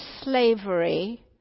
slavery